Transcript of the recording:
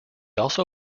also